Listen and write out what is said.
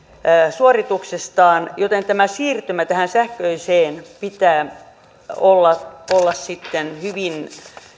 suorituksestaan joten tämän siirtymän tähän sähköiseen pitää olla olla sitten hyvin